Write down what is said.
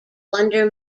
wonder